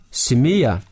simia